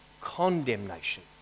condemnation